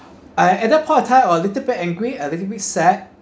I at that point of time a little bit angry a little bit sad